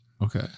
Okay